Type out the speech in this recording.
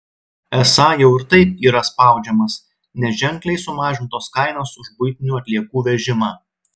esą jau ir taip yra spaudžiamas nes ženkliai sumažintos kainos už buitinių atliekų vežimą